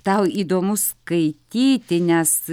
tau įdomu skaityti nes